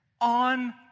On